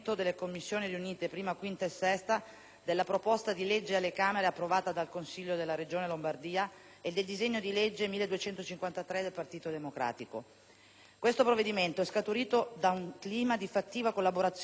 della proposta di legge alle Camere approvata dal Consiglio della Regione Lombardia e del disegno di legge n. 1253 del Partito Democratico. Questo provvedimento è scaturito da un clima di fattiva collaborazione tra Governo, maggioranza ed opposizione,